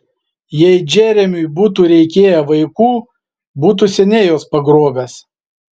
jei džeremiui būtų reikėję vaikų būtų seniai juos pagrobęs